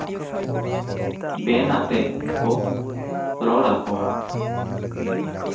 ᱱᱩᱠᱩ ᱠᱚᱫᱚ ᱵᱮᱱ ᱟᱛᱮᱜ ᱠᱚ ᱨᱚᱲ ᱟᱠᱚᱣᱟ